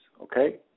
okay